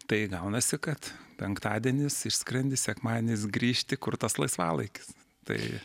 tai gaunasi kad penktadienis išskrendi sekmadienis grįžti kur tas laisvalaikis tai